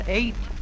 eight